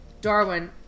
Darwin